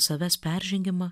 savęs peržengimą